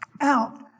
out